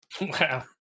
Wow